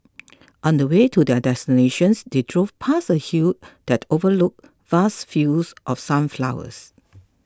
on the way to their destinations they drove past a hill that overlooked vast fields of sunflowers